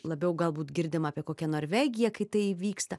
labiau galbūt girdim apie kokią norvegiją kai tai įvyksta